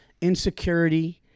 insecurity